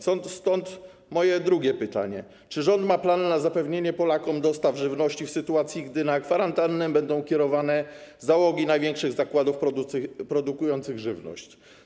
Stąd moje drugie pytanie: Czy rząd ma plany na zapewnienie Polakom dostaw żywności w sytuacji, gdy na kwarantannę będę kierowane załogi największych zakładów produkujących żywność?